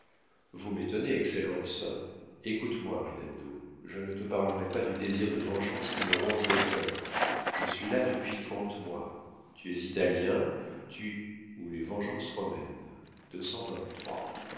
vous m'étonnez excellence écoute-moi rinaldo je ne te parlerai pas du désir de vengeance qui me ronge le cœur je suis là depuis trente mois tu es italien tu ou les vengeances romaines